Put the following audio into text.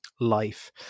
life